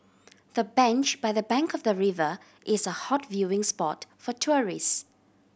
the bench by the bank of the river is a hot viewing spot for tourist